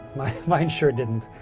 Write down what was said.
mine mine sure didn't.